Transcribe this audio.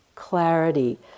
clarity